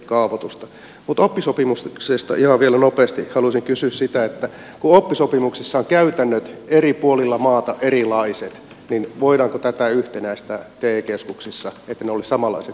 mutta oppisopimuksesta ihan vielä nopeasti haluaisin kysyä sitä kun oppisopimuksissa ovat käytännöt eri puolilla maata erilaiset voidaanko tätä yhtenäistää te keskuksissa että ne olisivat samanlaiset joka puolilla suomea